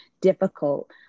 difficult